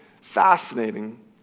fascinating